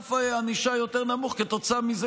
מסף ענישה יותר נמוך כתוצאה מזה